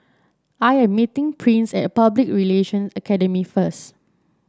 I am meeting Prince at Public Relation Academy first